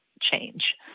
change